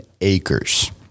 acres